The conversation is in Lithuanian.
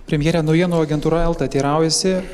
premjere naujienų agentūra elta teiraujasi